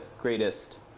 greatest